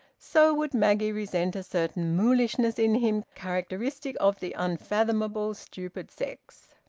so would maggie resent a certain mulishness in him characteristic of the unfathomable stupid sex.